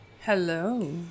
Hello